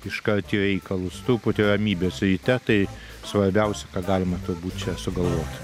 iškart į reikalus truputį ramybės ryte tai svarbiausia ką galima turbūt čia sugalvot